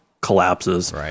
collapses